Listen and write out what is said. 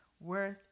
worth